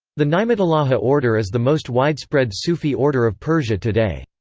the ni'matullahi order is the most widespread sufi order of persia today.